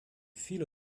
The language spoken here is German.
viele